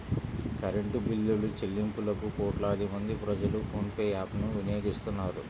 current బిల్లులుచెల్లింపులకు కోట్లాది మంది ప్రజలు ఫోన్ పే యాప్ ను వినియోగిస్తున్నారు